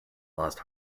lost